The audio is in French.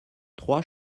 trois